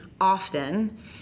often